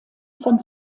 von